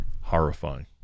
horrifying